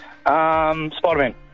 Spider-Man